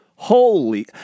Holy